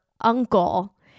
uncle